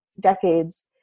decades